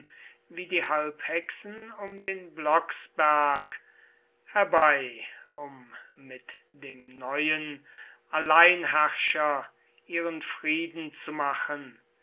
wie die halbhexen um den blocksberg herbei um mit dem neuen alleinherrscher ihren frieden zu machen